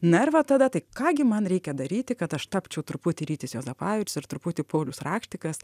na ir va tada tai ką gi man reikia daryti kad aš tapčiau truputį rytis juozapavičius ir truputį paulius rakštikas